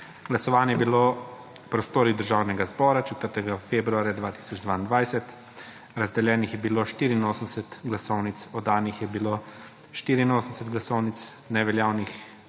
Glasovanje je bilo v prostorih Državnega zbora 4. februarja 2022. Razdeljenih je bilo 84 glasovnic. Oddanih je bilo 84 glasovnic. Neveljavne